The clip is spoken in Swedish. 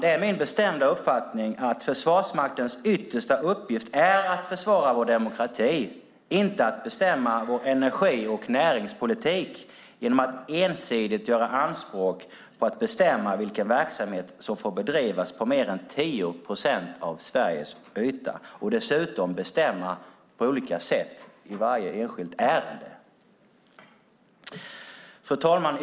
Det är min bestämda uppfattning att Försvarsmaktens yttersta uppgift är att försvara vår demokrati, inte att bestämma vår energi och näringspolitik genom att ensidigt göra anspråk på att bestämma vilken verksamhet som får bedrivas på mer än 10 procent av Sveriges yta, och dessutom bestämma på olika sätt i varje enskilt ärende. Fru talman!